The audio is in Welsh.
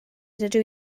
rydw